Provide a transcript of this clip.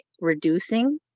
reducing